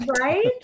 Right